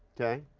okay?